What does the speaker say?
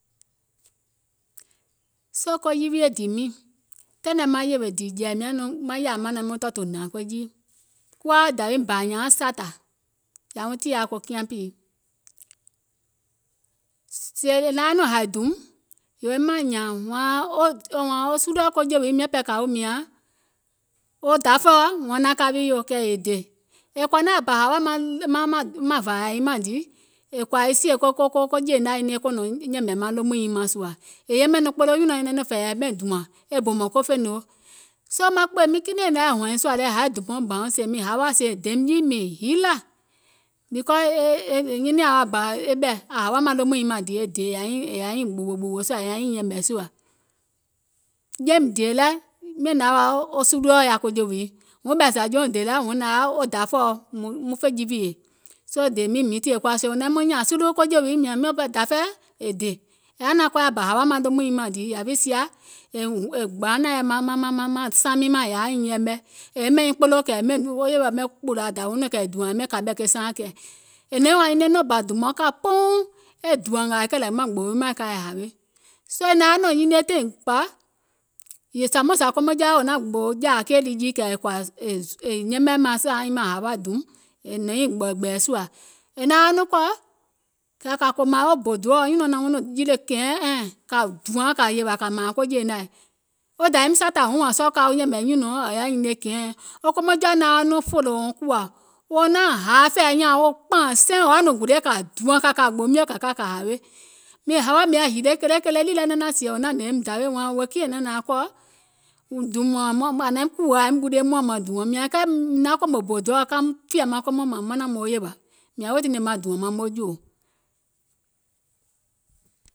Soo ko yìwìè dìì miìŋ, taìŋ nɛ maŋ yèwè dìì jɛ̀ì mìŋ yaȧ nɔŋ maŋ yȧȧ maŋ naim nɔŋ tɔ̀ɔ̀tù hnȧŋ jii, mìŋ kuwa wa dȧwim bȧ ȧŋ nyȧauŋ saata ko kianpìi, sèè è naŋ wa nɔŋ hȧì dùùm, wòim naȧŋ nyȧȧŋ wȧȧŋ wo suluɔ̀ ko jèwìi kɛ̀ miȧŋ pɛɛ kȧ woò mìȧŋ wo dafɛ̀ɛ̀ɔ, wȧȧŋ hnȧŋ kȧwì yò, kɛ̀ è dè, è kɔ̀ȧ naȧŋ aŋ bȧ hawȧ maŋ vȧȧyȧ nyiŋ mȧŋ dìí, è kɔ̀ȧ e sìè ko jèènaȧ nyiŋ niìŋ e kùùnò yɛ̀mɛ̀ maŋ lomùŋ nyiŋ mȧŋ sùȧ, è yɛmɛ̀ nɔŋ kpoloo nyùnɔ̀ɔŋ nyɛnɛŋ nɔŋ fɛ̀ɛ̀yɛ̀ è ɓɛìŋ dùȧŋ, e bɔ̀mɔ̀ŋ ko fènòo, so maŋ kpèè miiŋ kinɛiŋ è naŋ yɛi hɔ̀ɛ̀ŋ sùȧ le mìŋ hawà sèè è dèìm jii mìŋ hilȧ, because è nyinìȧŋ wa aŋ bȧ e ɓɛ̀ ȧŋ hawȧ maŋ lomùŋ nyìŋ maŋ dìì e dè è yaȧ gbùwò gbùwò sùȧ è yȧ nyiŋ yɛ̀mɛ̀ sùȧ, jeim dèè lɛ miàŋ nȧŋ yaȧ wa wo suluɔ̀ wò yaȧ ko jèwìi, wuŋ ɓɛɛ zȧ jouŋ dèè lɛ nȧŋ yaȧ wa wo dafɛ̀ɛ̀ɔ wo fè jiwiè, soo dèè miiŋ yawi tìyèe kuwa, sèè wò naim nɔŋ nyȧȧŋ sulu ko jèwìi, miȧŋ pɛɛ mìȧŋ dafɛ̀ɛ̀, è dè, è yaȧ naȧŋ kɔɔyɛ aŋ bȧ hawȧ maŋ lomùŋ nyiŋ mȧŋ dìì yȧwi sia è gbaanȧŋ yɛi maŋ saŋ miiŋ maŋ è yà nyìŋ yɛɛmɛ, è yɛmɛ̀ nyìŋ kpoloo kɛ̀ yèwɛɛ̀ kpùlȧ dȧwiuŋ nɔɔ̀ŋ kɛ̀ è ɓɛìŋ dùȧŋ è kȧ fènòo, kɛ̀ yè ɓɛìŋ kȧ ɓɛ̀ saaàŋ yè kɛɛ̀, è nɔ̀iŋ wa nyinie taìŋ bȧ dùmɔ̀ɔŋ ka pouŋ, e dùȧŋ ngȧȧ e kɛ̀lɛ̀ maŋ gboo wi mȧŋ e ka e hawe, soo è naŋ yɛi nɔ̀ŋ nyinie taìŋ bȧ, yèè zȧmuu zȧ wo kɔmɔŋjɔa wɛɛ̀ wò naȧŋ kùùnò jȧȧ keì lii jii kɛ̀ è kɔ̀ȧ yè yɛmɛ̀ maŋ saaŋ nyiŋ mȧŋ sèè ȧŋ hawȧ dùùm è nɔ̀ŋ nyiìŋ gbɛ̀ɛ̀gbɛ̀ɛ̀ sùȧ, è naŋ wa nɔŋ kɔ̀, kɛ̀ kȧ kòmàŋ e bò doòɔ nyùnɔ̀ɔŋ naŋ wuŋ yilè kɛ̀ɛɛ̀ŋ, kȧ dùȧŋ kȧ yèwȧ kȧ mȧȧŋ ko jèènaȧì, wo dȧwim saàtȧ wuŋ wȧȧŋ sɔɔ̀ wo ka wo yɛ̀mɛ̀ wo nyùnɔ̀ɔŋ wò yaȧ nyinie kɛ̀ɛɛɛ̀ŋ, wo kɔmɔŋjɔaȧ naŋ wa nɔŋ fòlò wòum kùwȧ, wò nauŋ hȧȧ fɛ̀ɛ̀ nyȧȧŋ wo kpȧȧŋ siiŋ, wò yaȧ nɔŋ guliè kȧ dùȧŋ kȧ kȧ gboo mio kȧ ka kȧ hawe, mìŋ hawa mìŋ yaȧ hiile kèle kèle, nìì lɛ naŋ naȧŋ sìè wò naŋ hnè woum dawè wȧȧŋ wèè kiìŋ è naŋ nȧaŋ kɔ̀ dùùm mȧȧŋ wiiŋ ȧŋ naim kùwò ȧŋ yȧìm ɓulie muŋ naŋ dùɔ̀ŋ, mìȧŋ kɛɛ mìŋ naŋ kòmò bò doòɔ mìŋ naum fìyè maŋ kɔmɔŋ mȧȧŋ manȧŋ maaŋ yèwà, weè tiŋ ne maŋ dùɔ̀ŋ maŋ moo jòò.